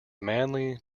manly